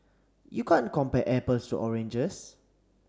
you can't compare apples to oranges